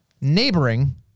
neighboring